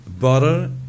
butter